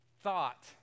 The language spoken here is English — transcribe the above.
thought